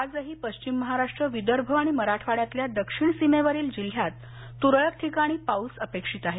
आजही पश्चिम महाराष्ट्र विदर्भ आणि मराठवाङ्यातल्या दक्षिण सीमेवरील जिल्ह्यात तुरळक ठिकाणी पाऊस अपेक्षित आहे